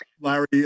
Larry